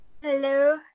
Hello